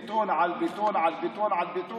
בטון על בטון על בטון על בטון.